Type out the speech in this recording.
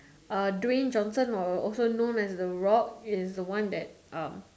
uh Dwayne Johnson or also known as the rock is the one that um